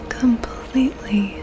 completely